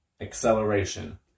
acceleration